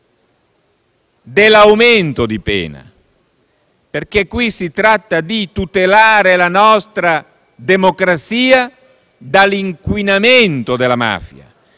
dell'aumento di pena, perché si tratta di tutelare la nostra democrazia dall'inquinamento della mafia.